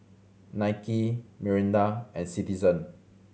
Nike Mirinda and Citizen